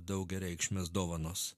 daugiareikšmės dovanos